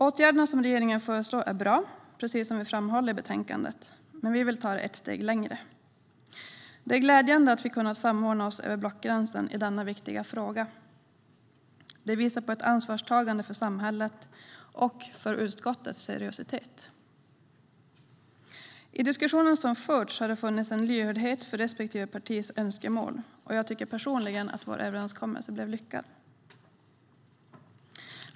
Åtgärderna som regeringen föreslår är bra, precis som vi framhåller i betänkandet, men vi vill ta det ett steg längre. Det är glädjande att vi kunnat samordna oss över blockgränsen i denna viktiga fråga. Det visar på ett ansvarstagande för samhället och för utskottets seriositet. I diskussionen som förts har det funnits en lyhördhet för respektive partis önskemål, och jag tycker personligen att vår överenskommelse blev lyckad.